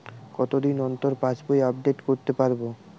কতদিন অন্তর পাশবই আপডেট করতে পারব?